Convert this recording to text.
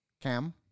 Cam